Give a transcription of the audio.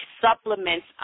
supplements